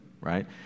right